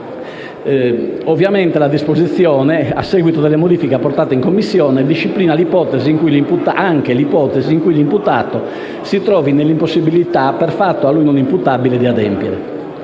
Ovviamente la disposizione, in seguito alle modifiche apportate in Commissione, disciplina anche l'ipotesi in cui l'imputato si trovi nell'impossibilità, per fatto a lui non imputabile, di adempiere.